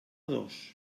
dos